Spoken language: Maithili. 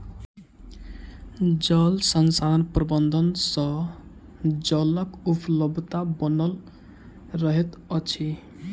जल संसाधन प्रबंधन सँ जलक उपलब्धता बनल रहैत अछि